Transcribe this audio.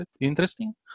interesting